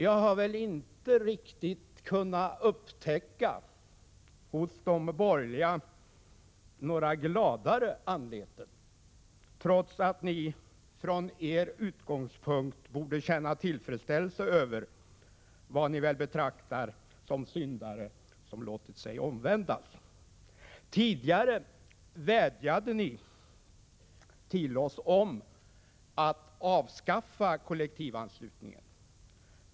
Jag har inte riktigt kunnat upptäcka några gladare anleten hos de borgerliga, trots att ni från er utgångspunkt borde känna tillfredsställelse över vad ni väl betraktar som syndare som låtit sig omvändas. Tidigare vädjade ni till oss om att avskaffa kollektivanslutningen.